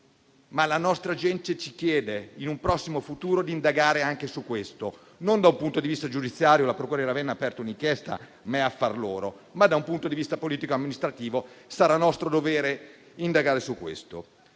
La nostra gente ci chiede, però, in un prossimo futuro, di indagare anche su questo: non da un punto di vista giudiziario, perché la procura di Ravenna ha sì aperto un'inchiesta, ma è affare loro. Da un punto di vista politico-amministrativo, invece, sarà nostro dovere indagare su questo